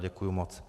Děkuji moc.